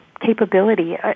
capability